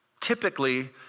Typically